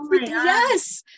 Yes